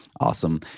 Awesome